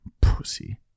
pussy